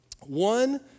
One